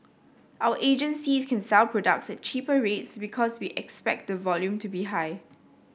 our agencies can sell products at cheaper rates because we expect the volume to be high